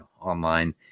online